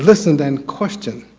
listened and questioned,